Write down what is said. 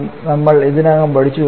നമ്മൾ ഇതിനകം പഠിച്ചു